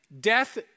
death